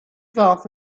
ddaeth